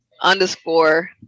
underscore